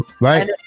Right